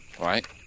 Right